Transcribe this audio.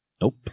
Nope